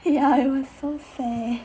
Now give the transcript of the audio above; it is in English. ya it was so sad